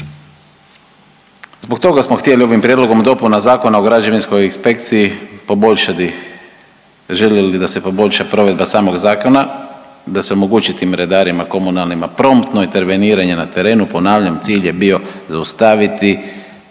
Zbog toga smo htjeli ovim Prijedlogom dopuna Zakona o građevinskoj inspekciji poboljšati, željeli da se poboljša provedba samog zakona, da se omogući tim redarima komunalnima promptno interveniranje na terenu, ponavljam cilj je bio zaustaviti